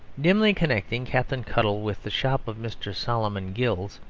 dimly connecting captain cuttle with the shop of mr. solomon gills,